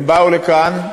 הם באו לכאן,